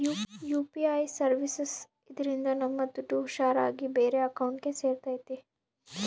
UPI services ಇದ್ರಿಂದ ನಮ್ ದುಡ್ಡು ಹುಷಾರ್ ಆಗಿ ಬೇರೆ ಅಕೌಂಟ್ಗೆ ಸೇರ್ತೈತಿ